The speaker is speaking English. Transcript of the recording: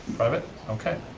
private, okay.